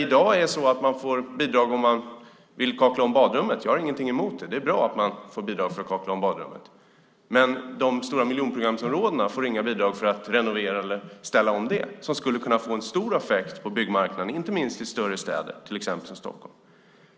I dag får man bidrag om man vill kakla om badrummet. Jag har ingenting emot det. Det är bra att man får bidrag för att kakla om badrummet. Men de stora miljonprogramsområdena får inga bidrag för att renovera eller ställa om. Det skulle kunna få en stor effekt på byggmarknaden, inte minst i de större städerna, till exempel Stockholm.